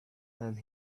and